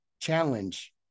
challenge